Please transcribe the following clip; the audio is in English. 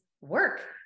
work